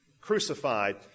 crucified